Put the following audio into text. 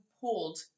pulled